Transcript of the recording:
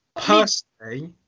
personally